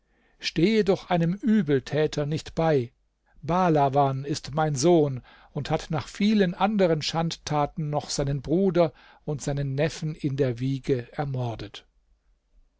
stehe doch einem übeltäter nicht bei bahlawan ist mein sohn und hat nach vielen anderen schandtaten noch seinen bruder und seinen neffen in der wiege ermordet